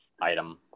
item